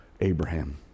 Abraham